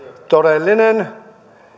todellinen